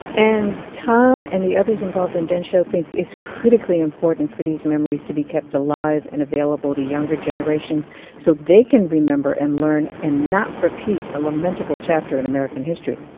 and tom and the others involved in densho think it's critically important for these memories to be kept alive and available to younger generations generations so they can remember and learn and not repeat a lamentable chapter in american history.